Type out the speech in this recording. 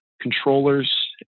controllers